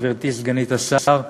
גברתי סגנית השר,